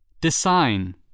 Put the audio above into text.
Design